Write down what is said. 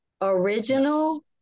original